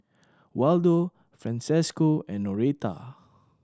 Waldo Francesco and Noreta